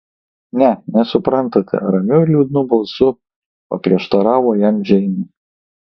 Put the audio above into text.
ne nesuprantate ramiu ir liūdnu balsu paprieštaravo jam džeinė